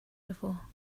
before